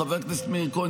חבר הכנסת מאיר כהן,